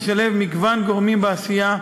משלב מגוון גורמים בעשייה,